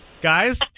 Guys